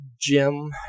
Jim